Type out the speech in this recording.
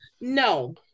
No